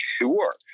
Sure